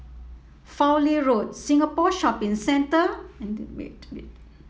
Fowlie Road Singapore Shopping Centre and